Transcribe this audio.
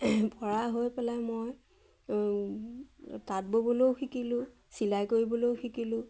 পৰা হৈ পেলাই মই তাঁত ব'বলৈও শিকিলোঁ চিলাই কৰিবলৈও শিকিলোঁ